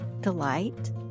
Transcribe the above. delight